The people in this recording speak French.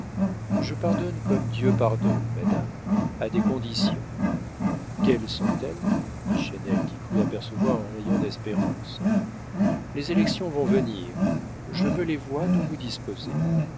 je pardonne comme dieu pardonne madame à des conditions quelles sont-elles dit chesnel qui crut apercevoir un rayon d'espérance les élections vont venir je veux les voix dont vous disposez